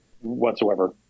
whatsoever